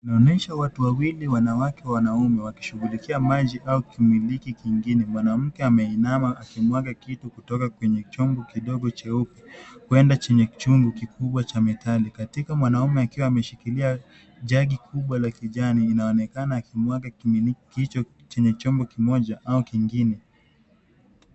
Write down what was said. Inaonyesha watu wawili, wanawake wanaume, wakishughulikia maji au kimiliki kingine. Mwanamke ameinama akimwaga kitu kutoka kwenye chombo kidogo cheupe kwenda chenye chombo kikubwa cha metali, katika mwanaume ameshikilia jagi kubwa la kijani linaonekana akimwaga kimiliki hicho chenye chombo kimoja au kingine.